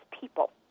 people